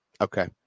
Okay